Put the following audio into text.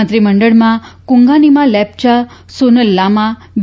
મંત્રીમંડળમાં કુંગાનીમા લેપ્યા સોનલ લામા બી